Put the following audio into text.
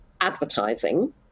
advertising